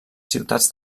ciutats